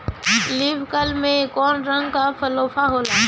Leaf curl में कौने रंग का फफोला होला?